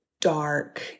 dark